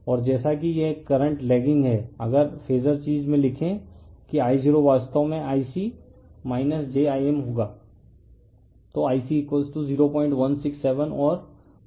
और जैसा कि यह करंट लैगिंग है अगर फेजर चीज में लिखें कि I0 वास्तव में Ic j I m होगा